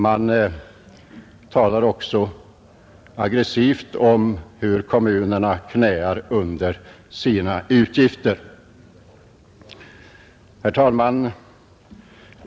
Man talar också aggressivt om hur kommunerna knäar under sina utgifter. Herr talman!